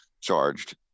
charged